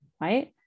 right